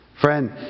Friend